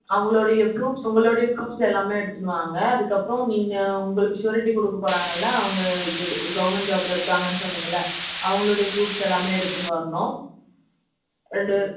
அவங்களுளோடய proof உங்களுளோடைய proof எல்லாமே எடுத்துன்னு வாங்க அதுக்கப்புறோம் நீங்கள் உங்களுக்கு சுயரிட்டி கொடுக்க போகிறாங்கள்ள அவங்க இது கவர்ன்மண்ட் ஜாபில் இருக்காங்கன்னு சொன்னிங்கள்ள அவங்களுடைய ஃப்ரூப்ஸ் எல்லாமே எடுத்துன்னு வரணும் ரெண்டு